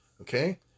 okay